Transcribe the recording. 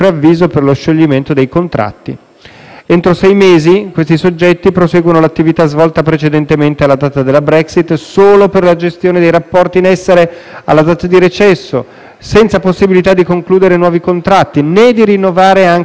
Entro sei mesi tali soggetti proseguono l'attività svolta precedentemente alla data della Brexit solo per la gestione dei rapporti in essere alla data di recesso, senza possibilità di concludere nuovi contratti né di rinnovare, anche tacitamente, quelli esistenti.